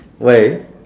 why ah